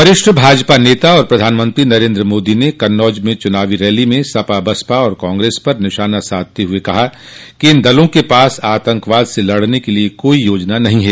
वरिष्ठ भाजपा नेता और प्रधानमंत्री नरेन्द्र मोदी ने कन्नौज में चूनावी रैली में सपा बसपा और कांग्रेस पर निशाना साधते हुए कहा कि इन दलों के पास आतंकवाद से लड़ने के लिए कोई योजना नहीं है